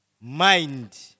Mind